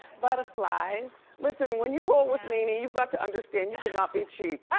butterflies. listen, when you roll with nene, you've got to understand you cannot be cheap.